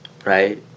Right